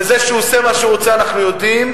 וזה שהוא עושה מה שהוא רוצה, אנחנו יודעים.